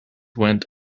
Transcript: went